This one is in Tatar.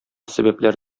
сәбәпләр